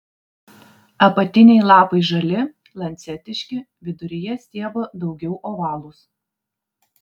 apatiniai lapai žali lancetiški viduryje stiebo daugiau ovalūs